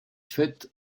faite